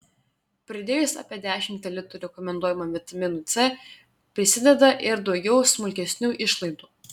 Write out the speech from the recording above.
pridėjus apie dešimtį litų rekomenduojamam vitaminui c prisideda ir daugiau smulkesnių išlaidų